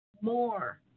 more